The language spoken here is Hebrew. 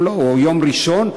או יום ראשון,